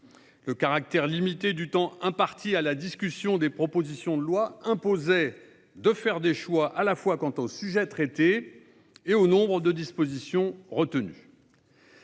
Le caractère limité du temps imparti à la discussion des propositions de loi imposait de faire des choix, en ce qui concerne tant les sujets traités que le nombre de dispositions retenues.